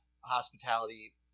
hospitality